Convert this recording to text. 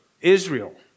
Israel